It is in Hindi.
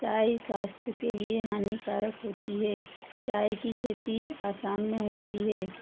चाय स्वास्थ्य के लिए हानिकारक होती है चाय की खेती आसाम में होती है